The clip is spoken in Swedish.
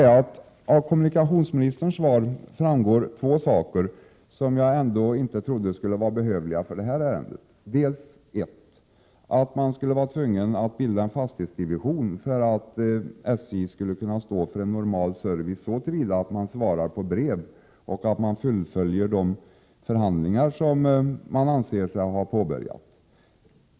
Av kommunikationsministerns svar framgår två saker, som jag inte trodde skulle vara behövliga i detta ärende. För det första trodde jag inte att man var tvungen att bilda en fastighetsdivision för att SJ skulle stå för normal service, så till vida att SJ svarar på brev och fullföljer de förhandlingar som man anser sig ha påbörjat.